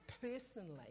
personally